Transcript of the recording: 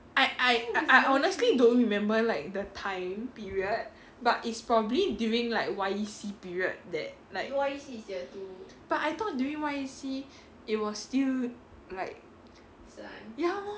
I I I honestly don't remember like the time period but it's probably during like Y_E_C period that like but I thought during Y_E_C it was still like ya lor